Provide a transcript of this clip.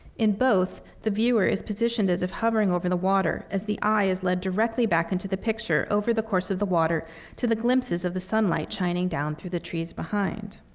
in both, the viewer is positioned as if hovering over the water, as the eye is led directly back into the picture over the course of the water to the glimpses of the sunlight shining down through the trees behind.